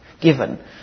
given